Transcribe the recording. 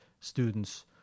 students